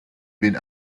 been